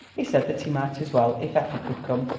he said that he might as well, if effie could come,